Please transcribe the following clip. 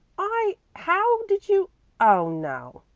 i how did you oh, no,